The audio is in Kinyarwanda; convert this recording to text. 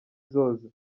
zoze